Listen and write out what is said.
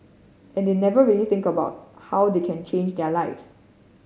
and they never really think about how they can change their lives